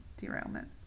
derailment